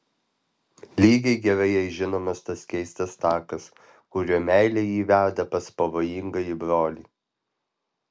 lygiai gerai jai žinomas tas keistas takas kuriuo meilė jį veda pas pavojingąjį brolį